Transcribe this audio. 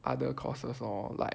other courses lor like